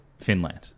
Finland